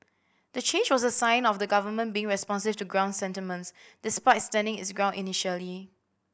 the change was a sign of the government being responsive to ground sentiments despite standing its ground initially